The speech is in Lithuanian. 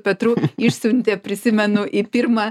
petru išsiuntė prisimenu į pirmą